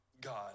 God